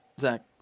Zach